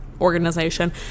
organization